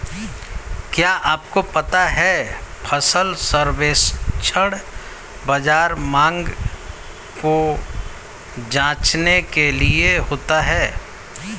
क्या आपको पता है फसल सर्वेक्षण बाज़ार मांग को जांचने के लिए होता है?